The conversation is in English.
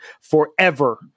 forever